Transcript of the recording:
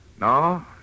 No